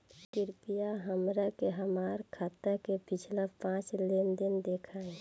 कृपया हमरा के हमार खाता के पिछला पांच लेनदेन देखाईं